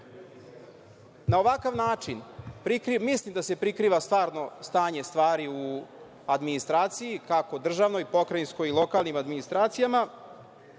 ovakav način mislim da se prikriva stvarno stanje stvari u administraciji, kako državnoj, pokrajinskoj i lokalnim administracijama,